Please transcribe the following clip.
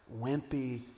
wimpy